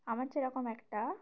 আমার যেরকম একটা